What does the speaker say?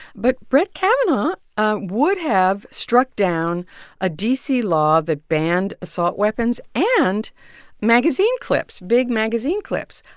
but brett kavanaugh would have struck down a d c. law that banned assault weapons and magazine clips, big magazine clips.